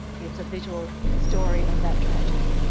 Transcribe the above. it's a visual story of that tragedy